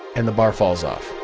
and the bar falls off.